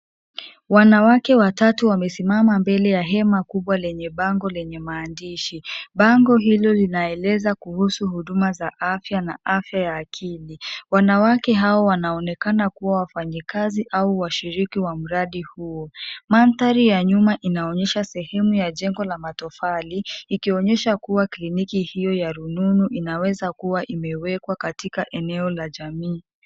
Wanawake watatu wamesimama mbele ya hema kubwa lenye bango lenye maandishi. Bango hilo linaeleza kuhusu huduma za afya na afya ya akili. Wanawake hawa wanaonekana kuwa wafanyikazi au washiriki wa mradi huo. Mandhari ya nyuma inaonyesha sehemu ya jengo la matofali, ikionyesha kuwa kliniki hio ya rununu inaweza kuwa imewekwa katika eneo la jamii.